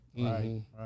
right